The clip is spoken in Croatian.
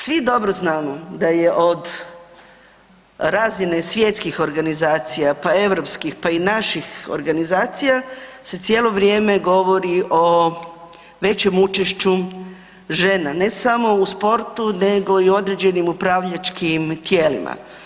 Svi dobro znamo da je od razine svjetskih organizacija, pa i europskih, pa i naših organizacija se cijelo vrijeme govori o većem učešću žena, ne samo u sportu nego i u određenim upravljačkim tijelima.